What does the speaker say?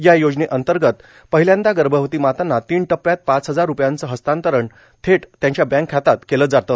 या योजनेअंतर्गत पहिल्यांदा गर्भवती मातांना तीन टप्प्यात पाच हजार रूपयांचं हस्तांतरण थेट त्यांच्या बँक खात्यात केलं जातं